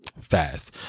Fast